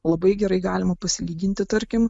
labai gerai galima pasilyginti tarkim